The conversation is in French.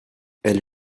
elle